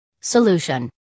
Solution